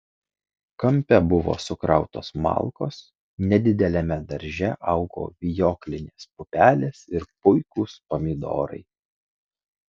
kampe buvo sukrautos malkos nedideliame darže augo vijoklinės pupelės ir puikūs pomidorai